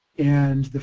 and the,